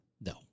No